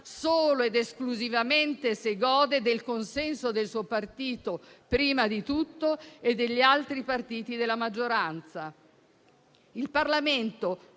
solo ed esclusivamente se gode del consenso del suo partito prima di tutto e degli altri partiti della maggioranza. Il Parlamento